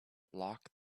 lock